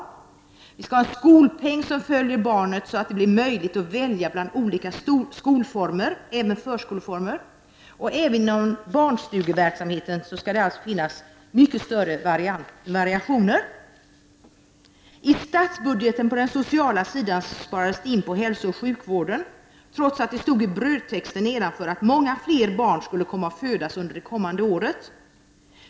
Vi skall också ha en skolpeng, som följer barnet så att det blir möjligt att välja mellan olika skolformer, även förskoleformer. Också inom barnstugeverksamheten skall det finnas många fler variationer. På den sociala sidan i statsbudgeten sparas det på hälsooch sjukvården, trots att det står i brödtexten att många fler barn skulle komma att födas under det kommande året.